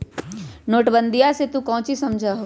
नोटबंदीया से तू काउची समझा हुँ?